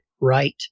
right